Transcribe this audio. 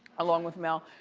along with mel,